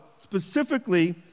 specifically